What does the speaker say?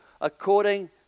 according